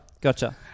Gotcha